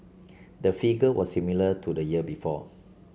the figure was similar to the year before